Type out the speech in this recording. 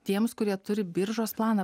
tiems kurie turi biržos planą